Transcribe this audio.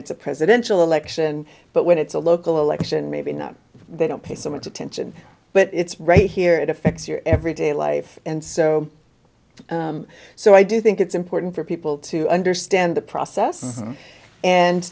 it's a presidential election but when it's a local election maybe not they don't pay so much attention but it's right here it affects your everyday life and so so i do think it's important for people to understand the process and